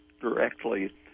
directly